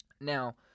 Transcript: Now